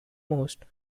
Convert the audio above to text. most